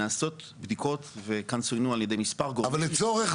נעשות בדיקות על ידי מספר גורמים --- אבל כבר אמרנו